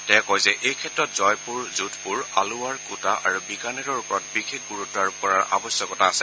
তেওঁ কয় যে এইক্ষেত্ৰত জয়পুৰ যোধপুৰ আলোৱাৰ কোটা আৰু বিকানেৰৰ ওপৰত বিশেষ গুৰুত্ব আৰোপ কৰাৰ আৱশ্যকতা আছে